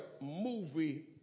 movie